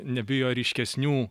nebijo ryškesnių